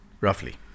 Roughly